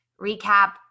recap